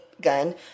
gun